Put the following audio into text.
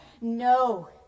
No